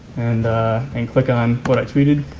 and and click on what i tweeted,